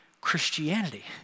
Christianity